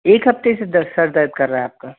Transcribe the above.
एक हफ़्ते से दस सिर दर्द कर रहा है आपका